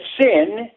sin